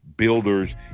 Builders